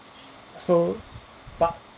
so but